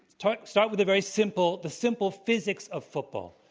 start start with a very simple the simple physics of football.